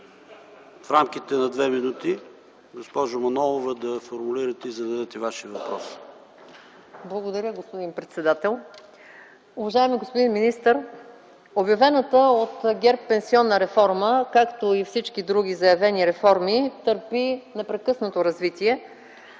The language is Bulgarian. в рамките на две минути да формулирате и зададете Вашия въпрос. МАЯ МАНОЛОВА (КБ): Благодаря, господин председател. Уважаеми господин министър, обявената от ГЕРБ пенсионна реформа, както и всички други заявени реформи, търпи непрекъснато развитие.